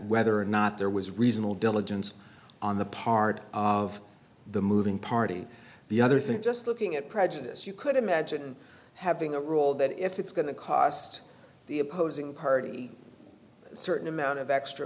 whether or not there was reasonable diligence on the part of the moving party the other thing just looking at prejudice you could imagine having a rule that if it's going to cost the opposing party a certain amount of extra